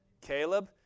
Caleb